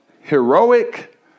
heroic